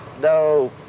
no